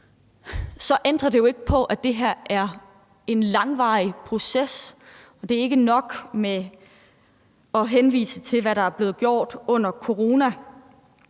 så ændrer det jo ikke på, at det her er en langvarig proces. Det er ikke nok at henvise til, hvad der er blevet gjort under corona.